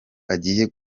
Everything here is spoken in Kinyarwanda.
agiye